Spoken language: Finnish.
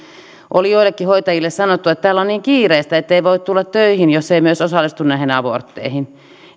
oli joillekin hoitajille sanottu että täällä on niin kiireistä ettei voi tulla töihin jos ei myös osallistu näihin abortteihin